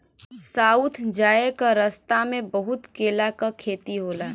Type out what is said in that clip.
south जाए क रस्ता में बहुत केला क खेती होला